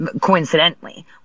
Coincidentally